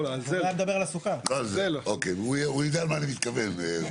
לא משנה כרגע אם יש בניין, אין בניין.